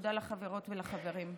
תודה לחברות ולחברים.